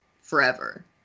forever